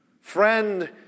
Friend